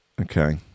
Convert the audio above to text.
Okay